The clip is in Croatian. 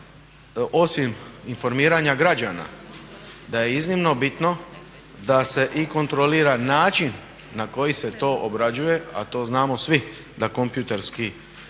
osim informiranja građana da je iznimno bitno da se i kontrolira način na koji se to obrađuje, a to znamo svi da kompjuterski